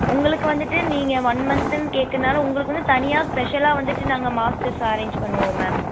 உங்களுக்கு வந்துட்டு நீங்க ஒன் மந்த்துன்னு கேட்குறனால உங்களுக்குன்னு தனியாக ஸ்பெஷலாக வந்துட்டு நாங்கள் மாஸ்டர்ஸ்ஸை அரேஞ்ச் பண்ணுவோம் மேம்